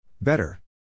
Better